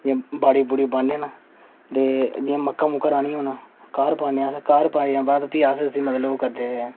जि'यां बाड़ी बाह्ने न मक्कां राह्ने न काहर पाने अस काह्र पाइयै इसी मतलब अस